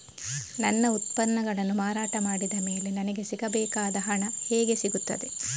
ನನ್ನ ಉತ್ಪನ್ನಗಳನ್ನು ಮಾರಾಟ ಮಾಡಿದ ಮೇಲೆ ನನಗೆ ಸಿಗಬೇಕಾದ ಹಣ ಹೇಗೆ ಸಿಗುತ್ತದೆ?